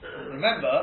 Remember